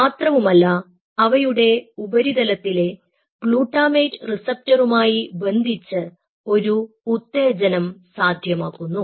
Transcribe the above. മാത്രവുമല്ല അവയുടെ ഉപരിതലത്തിലെ ഗ്ലൂട്ടാമേറ്റ് റിസപ്റ്ററുമായി ബന്ധിച്ച് ഒരു ഉത്തേജനം സാധ്യമാക്കുന്നു